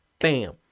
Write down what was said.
bam